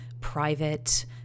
private